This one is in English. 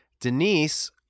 Denise